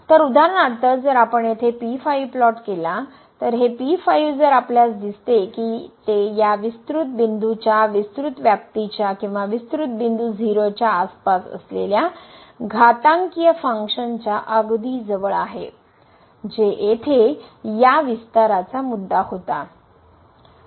तर उदाहरणार्थ जर आपण येथे प्लॉट केला तर हे जर आपल्यास दिसते की ते या विस्तृत बिंदूच्या विस्तृत व्याप्तीच्या किंवा विस्तृत बिंदू 0 च्या आसपास असलेल्या घातांकीय फंक्शन च्या अगदी जवळ आहे जे येथे या विस्ताराचा मुद्दा होता